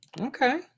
Okay